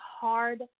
hard